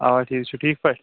اوا ٹھیٖک چھُ ٹھیٖک پٲٹھۍ